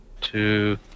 two